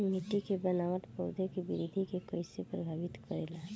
मिट्टी के बनावट पौधों की वृद्धि के कईसे प्रभावित करेला?